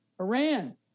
Iran